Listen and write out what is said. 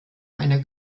einer